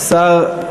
שרים, בבקשה.